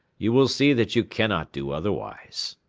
you will see that you cannot do otherwise.